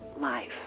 life